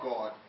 God